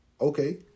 Okay